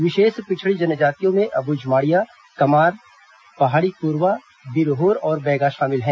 विशेष पिछड़ी जनजातियों में अब्झमाड़िया कमार पहाड़ी कोरवा बिरहोर और बैगा शामिल हैं